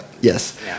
Yes